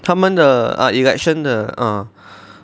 他们的 ah election 的 err